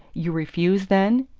you refuse, then?